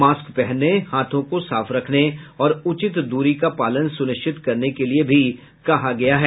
mask पहनने हाथों को साफ रखने और उचित दूरी का पालन सुनिश्चित करने के लिए भी कहा गया है